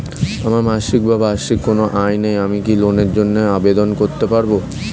আমার মাসিক বা বার্ষিক কোন আয় নেই আমি কি লোনের জন্য আবেদন করতে পারব?